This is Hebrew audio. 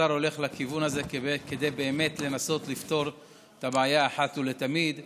השר הולך לכיוון הזה כדי באמת לנסות לפתור את הבעיה אחת ולתמיד ולחשוב,